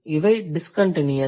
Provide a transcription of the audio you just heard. இவை டிஸ்கண்டின்யஸ்